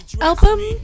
album